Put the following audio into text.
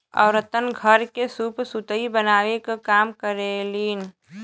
औरतन घर के सूप सुतुई बनावे क काम करेलीन